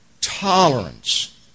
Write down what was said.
tolerance